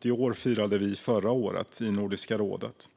Vi firade förra året 70 år i Nordiska rådet.